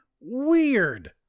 Weird